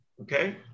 Okay